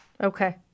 Okay